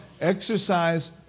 exercise